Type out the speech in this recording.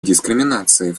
дискриминации